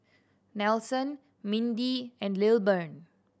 Nelson Mindy and Lilburn